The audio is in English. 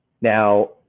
Now